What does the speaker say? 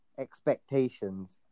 expectations